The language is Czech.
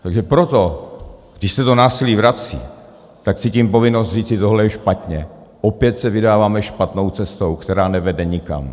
Takže proto, když se to násilí vrací, cítím povinnost říci tohle je špatně, opět se vydáváme špatnou cestou, která nevede nikam.